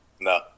No